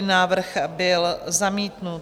Návrh byl zamítnut.